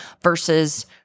versus